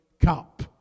Cup